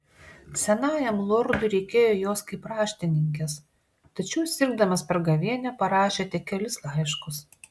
senajam lordui reikėjo jos kaip raštininkės tačiau sirgdamas per gavėnią parašė tik kelis laiškus